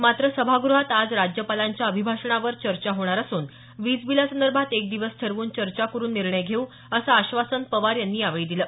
मात्र सभागृहात आज राज्यपालांच्या अभिभाषणावर चर्चा होणार असून वीज बिलासंदर्भात एक दिवस ठरवून चर्चा करुन निर्णय घेऊ असं आश्वासन पवार यांनी यावेळी दिलं